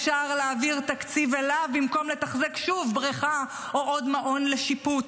אפשר להעביר תקציב אליו במקום לתחזק שוב בריכה או עוד מעון לשיפוץ.